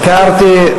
הזכרתי.